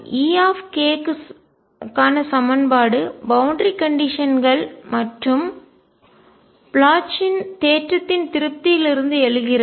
E க்கான சமன்பாடு boundary கண்டிஷன்கள் எல்லை நிபந்தனைகள் மற்றும் ப்ளாச்சின் தேற்றத்தின் திருப்தியிலிருந்து எழுகிறது